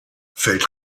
fällt